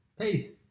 Peace